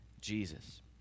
Jesus